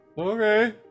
Okay